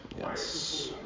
Yes